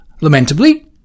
lamentably